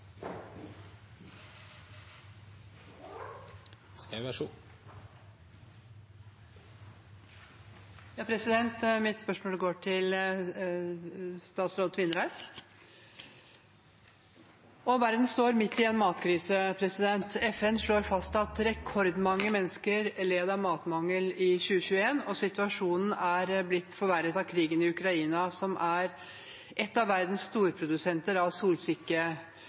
Mitt spørsmål går til statsråd Tvinnereim. Verden står midt i en matkrise. FN slår fast at rekordmange mennesker led av matmangel i 2021, og situasjonen er blitt forverret av krigen i Ukraina, som er en av verdens storprodusenter av